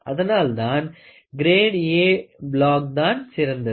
அதனால் தான் grade A block தான் சிறந்தது